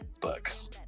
books